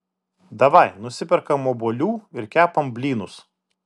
davai nusiperkam obuolių ir kepam blynus